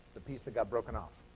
the piece that got broken off.